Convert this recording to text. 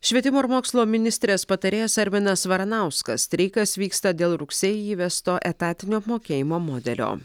švietimo ir mokslo ministrės patarėjas arminas varanauskas streikas vyksta dėl rugsėjį įvesto etatinio apmokėjimo modelio